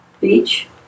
beach